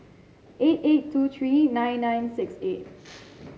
eight eight two three nine nine six eight